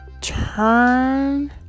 turn